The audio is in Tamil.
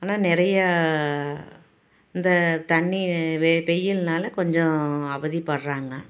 ஆனால் நிறையா இந்த தண்ணி வெ வெயில்னால் கொஞ்சம் அவதிப்படுறாங்க